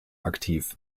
aktiv